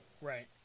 Right